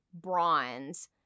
bronze